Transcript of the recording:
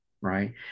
right